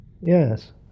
Yes